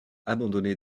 abandonné